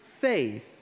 faith